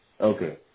Okay